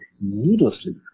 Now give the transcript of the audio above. needlessly